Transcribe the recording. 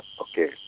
Okay